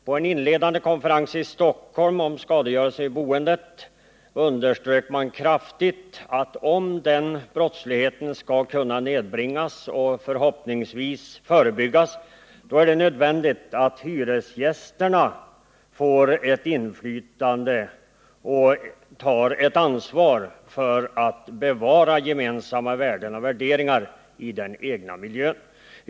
På en inledande konferens i Stockholm om skadegörelse i boendet underströk man kraftigt att om denna brottslighet skall kunna nedbringas och förhoppningsvis förebyggas är det nödvändigt att hyresgästerna får ett inflytande och tar ett ansvar för att bevara gemensamma värden i den egna miljön.